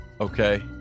Okay